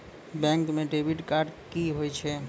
Bank म debit card की होय छै?